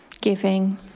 Giving